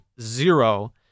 zero